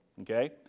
Okay